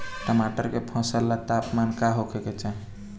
टमाटर के फसल ला तापमान का होखे के चाही?